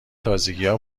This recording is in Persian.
تازگیها